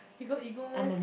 you got ego meh